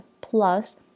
plus